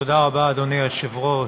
אדוני היושב-ראש,